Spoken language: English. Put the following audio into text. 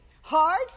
hard